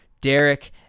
Derek